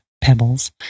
pebbles